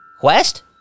Quest